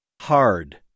Hard